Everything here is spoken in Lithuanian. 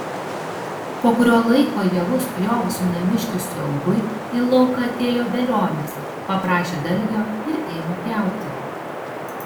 po kurio laiko javus pjovusių namiškių siaubui į lauką atėjo velionis paprašė dalgio ir ėmė pjauti